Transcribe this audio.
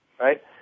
right